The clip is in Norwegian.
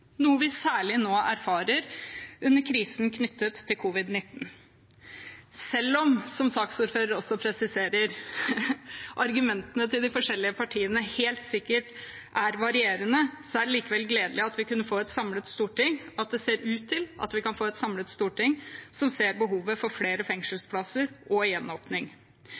noe vi særlig erfarer nå under krisen knyttet til covid-19. Selv om, som saksordføreren også presiserer, argumentene til de forskjellige partiene helt sikkert er varierende, er det likevel gledelig at det ser ut til at vi kan få et samlet storting som ser behovet for flere fengselsplasser og gjenåpning.